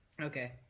Okay